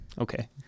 okay